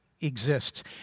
exists